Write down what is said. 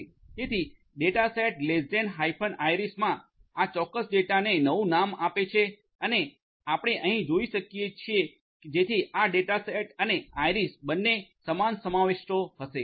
તેથી data set less than hyphen iris આ ચોક્કસ ડેટાને નવું નામ આપે છે અને આપણે અહીં જોઈ શકીએ છીએ જેથી આ ડેટા સેટ અને આઇરિસ બંને સમાન સમાવિષ્ટો હશે